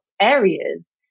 areas